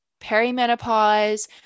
perimenopause